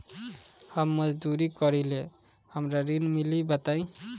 हम मजदूरी करीले हमरा ऋण मिली बताई?